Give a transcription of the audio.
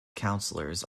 councillors